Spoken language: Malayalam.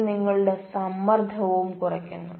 ഇത് നിങ്ങളുടെ സമ്മർദ്ദവും കുറക്കുന്നു